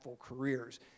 careers